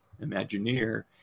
imagineer